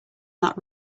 that